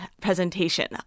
presentation